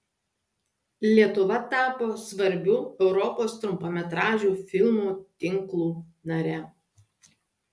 lietuva tapo svarbių europos trumpametražių filmų tinklų nare